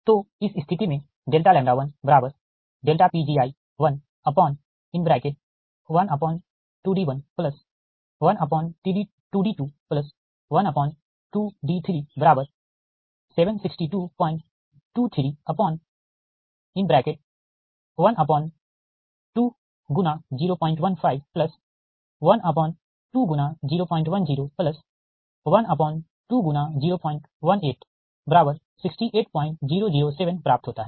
तो इस स्थिति में डेल्टा Pgi12d112d212d37622312×015 12×01012×01868007 प्राप्त होता है